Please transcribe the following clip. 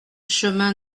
chemin